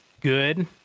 good